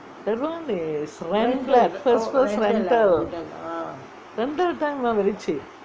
that [one] is rent flat first first rental rental time லாம்:laam very cheap